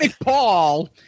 Paul